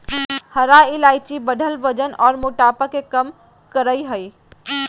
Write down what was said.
हरा इलायची बढ़ल वजन आर मोटापा के कम करई हई